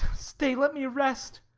stay, let me rest.